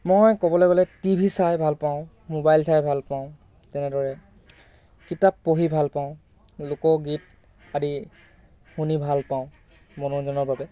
মই ক'বলৈ গ'লে টি ভি চাই ভাল পাওঁ ম'বাইল চাই ভাল পাওঁ তেনেদৰে কিতাপ পঢ়ি ভাল পাওঁ লোকগীত আদি শুনি ভাল পাওঁ মনোৰঞ্জনৰ বাবে